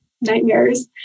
nightmares